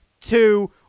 two